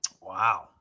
Wow